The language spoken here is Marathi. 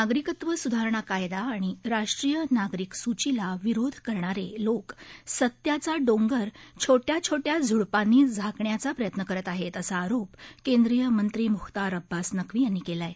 नागरिकत्व सुधारणा कायदा आणि राष्ट्रीय नागरिक सूचीला विरोध करणारे लोक सत्याचा डोंगर छो ्वा छो ्वा झुडपांनी झाकण्याचा प्रयत्न करत आहेत असा आरोप केंद्रीयमंत्री मुख्तार अब्बास नक्वी यांनी केला आहे